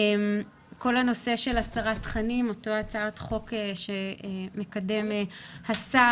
כל הנושא של הסרת תכנים, אותה הצעת חוק שמקדם השר,